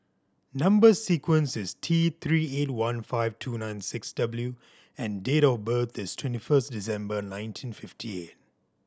number sequence is T Three eight one five two nine six W and date of birth is twenty first December nineteen fifty eight